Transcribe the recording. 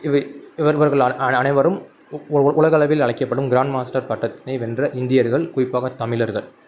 இவை இவர் இவர்கள் அ அ அனைவரும் உ உ உலகளவில் அழைக்கப்படும் கிராண்ட் மாஸ்டர் பட்டத்தினை வென்ற இந்தியர்கள் குறிப்பாக தமிழர்கள்